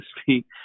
speak